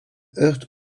heurte